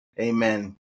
amen